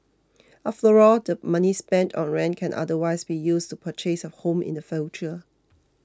after all the money spent on rent can otherwise be used to purchase a home in the future